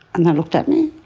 and they looked at me,